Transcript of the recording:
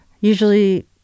usually